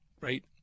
right